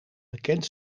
bekend